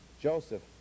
Joseph